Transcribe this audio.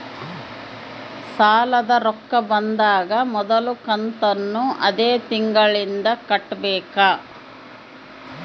ಸಾಲದ ರೊಕ್ಕ ಬಂದಾಗ ಮೊದಲ ಕಂತನ್ನು ಅದೇ ತಿಂಗಳಿಂದ ಕಟ್ಟಬೇಕಾ?